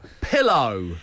Pillow